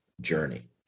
journey